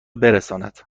برساند